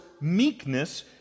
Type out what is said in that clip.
meekness